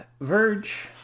Verge